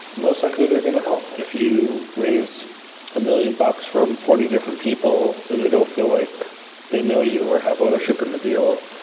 most likely they're going to help. if you raise a million bucks from forty different people and they don't feel like they know you or have ownership in the deal,